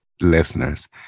listeners